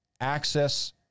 access